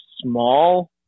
small